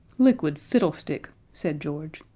liquid fiddlestick! said george.